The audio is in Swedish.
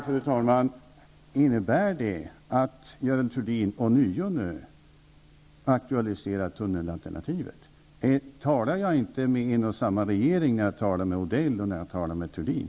Fru talman! Innebär det att Görel Thurdin ånyo aktualiserar tunnelalternativet? Talar jag inte med företrädare för en och samma regering när jag talar med Odell och när jag talar med Thurdin?